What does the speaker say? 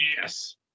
Yes